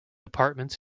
departments